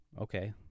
Okay